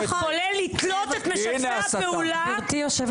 כולל "לתלות את משתפי הפעולה".